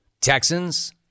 Texans